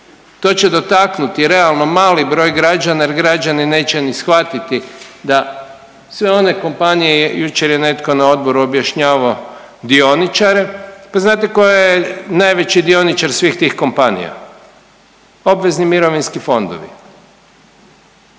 to će dotaknuti realno mali broj građana jer građani neće ni shvatiti da sve one kompanije, jučer je netko na odboru objašnjavao dioničare. Pa znate tko je najveći dioničar svih tih kompanija? Obvezni mirovinski fondovi,